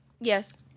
Yes